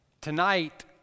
tonight